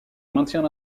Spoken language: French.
maintient